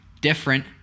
different